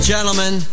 gentlemen